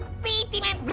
speed demon!